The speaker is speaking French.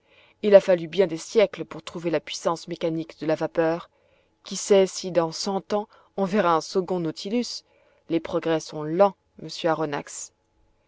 il a fallu bien des siècles pour trouver la puissance mécanique de la vapeur qui sait si dans cent ans on verra un second nautilus les progrès sont lents monsieur aronnax